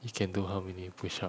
you can do how many push up